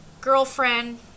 girlfriend